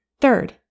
Third